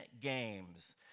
Games